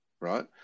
right